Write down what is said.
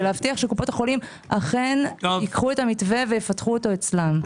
להבטיח שקופת החולים ייקחו את המתווה ויפתחו אותו אצלם.